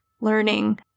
learning